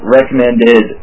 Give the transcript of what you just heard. Recommended